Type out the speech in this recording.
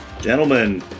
Gentlemen